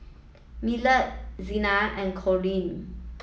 Millard Zina and Corine